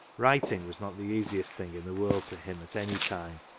writing was not the easiest thing in the world to him at any time,